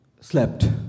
slept